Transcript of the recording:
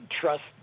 trust